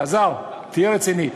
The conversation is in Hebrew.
אלעזר, תהיה רציני.